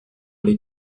les